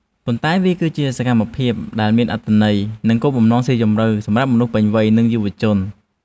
ប៉ុន្តែវាគឺជាសកម្មភាពដែលមានអត្ថន័យ និងគោលបំណងស៊ីជម្រៅសម្រាប់មនុស្សពេញវ័យ និងយុវជន។